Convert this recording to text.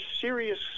serious